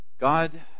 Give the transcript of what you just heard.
God